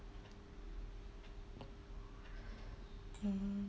mmhmm